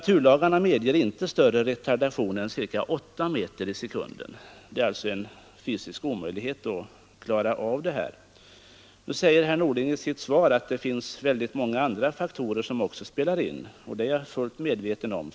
Naturlagarna medger inte större retardation än ca 8 meter i sekunden, och det är alltså en fysisk omöjlighet att hinna bromsa i tid. Herr Norling säger i sitt svar att det finns många andra faktorer som också spelar in. Det är jag fullt medveten om.